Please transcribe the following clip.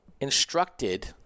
instructed